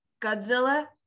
Godzilla